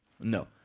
No